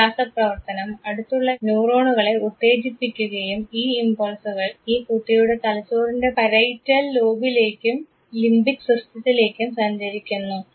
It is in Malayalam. ഈ രാസപ്രവർത്തനം അടുത്തുള്ള ന്യൂറോണുകളെ ഉത്തേജിപ്പിക്കുകയും ഈ ഇംപൾസുകൾ ഈ കുട്ടിയുടെ തലച്ചോറിൻറെ പരയിറ്റൽ ലോബിലേക്കും ലിംബിക് സിസ്റ്റത്തിലേക്കും സഞ്ചരിക്കുന്നു